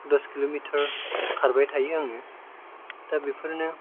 दस kilometre खारबाय थायो आङो दा बेफोरनो